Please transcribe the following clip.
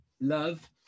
Love